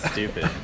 Stupid